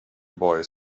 boy